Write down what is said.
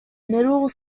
middle